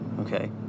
okay